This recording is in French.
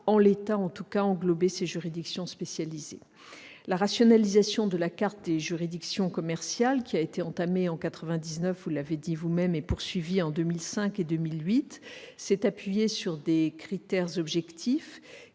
en l'état en tout cas, englober ces juridictions spécialisées. La rationalisation de la carte des juridictions commerciales, entamée en 1999 et poursuivie, vous l'avez dit, en 2005 et en 2008, s'est appuyée sur des critères objectifs